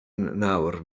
nawr